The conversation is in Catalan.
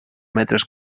metres